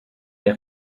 est